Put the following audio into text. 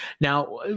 now